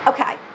Okay